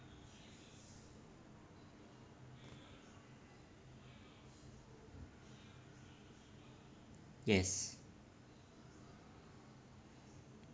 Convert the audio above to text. yes